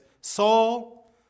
Saul